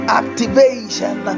activation